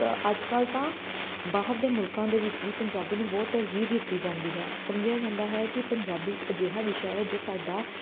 ਅੱਜ ਕੱਲ੍ਹ ਤਾਂ ਬਾਹਰ ਦੇ ਮੁਲਕਾਂ ਦੇ ਵਿੱਚ ਵੀ ਪੰਜਾਬੀ ਨੂੰ ਬਹੁਤ ਤਰਜੀਹ ਦਿੱਤੀ ਜਾਂਦੀ ਹੈ ਸਮਝਿਆ ਜਾਂਦਾ ਹੈ ਕਿ ਪੰਜਾਬੀ ਇੱਕ ਅਜਿਹਾ ਵਿਸ਼ਾ ਹੈ ਜੋ ਸਾਡਾ